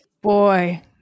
Boy